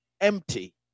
empty